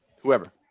Whoever